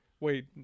Wait